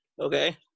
Okay